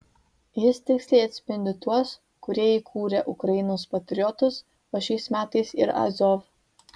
jis tiksliai atspindi tuos kurie įkūrė ukrainos patriotus o šiais metais ir azov